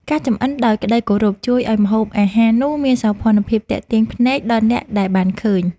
ការចម្អិនដោយក្តីគោរពជួយឱ្យម្ហូបអាហារនោះមានសោភ័ណភាពទាក់ទាញភ្នែកដល់អ្នកដែលបានឃើញ។